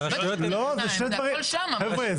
חבר'ה,